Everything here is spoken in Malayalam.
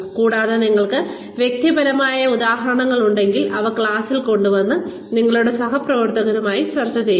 കൂടാതെ നിങ്ങൾക്ക് വ്യക്തിപരമായ ഉദാഹരണങ്ങൾ ഉണ്ടെങ്കിൽ അവ ക്ലാസിലേക്ക് കൊണ്ടുവന്ന് നിങ്ങളുടെ സഹപ്രവർത്തകരുമായി ചർച്ച ചെയ്യുക